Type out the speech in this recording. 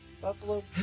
Buffalo